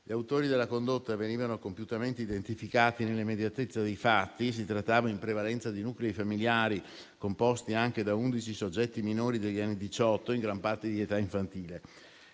Gli autori della condotta venivano compiutamente identificati nell'immediatezza dei fatti: si trattava in prevalenza di nuclei familiari composti anche da 11 soggetti minori degli anni diciotto, in gran parte di età infantile.